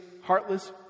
heartless